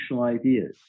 ideas